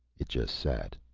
it just sat.